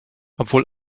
obwohl